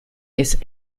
ist